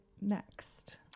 next